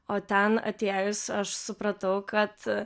o ten atėjus aš supratau kad